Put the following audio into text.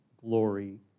glory